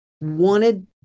wanted